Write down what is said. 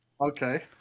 Okay